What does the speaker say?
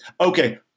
Okay